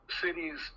cities